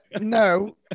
No